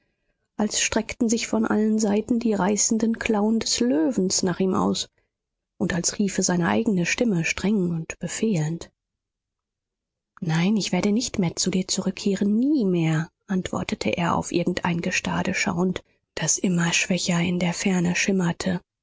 als streckten sich von allen seiten die reißenden klauen des löwen nach ihm aus und als riefe seine eigene stimme streng und befehlend nein ich werde nicht mehr zu dir zurückkehren nie mehr antwortete er auf irgend ein gestade schauend das immer schwächer in der ferne schimmerte